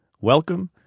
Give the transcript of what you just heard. welcome